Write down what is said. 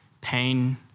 pain